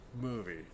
movie